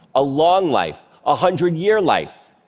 a long life, a hundred-year life,